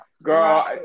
Girl